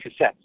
cassettes